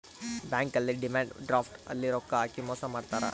bank ಅಲ್ಲಿ demand draft ಅಲ್ಲಿ ರೊಕ್ಕ ಹಾಕಿ ಮೋಸ ಮಾಡ್ತಾರ